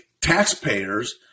taxpayers